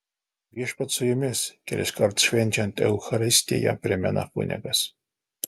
viešpats su jumis keliskart švenčiant eucharistiją primena kunigas